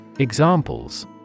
Examples